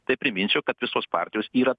tai priminsiu kad visos partijos yra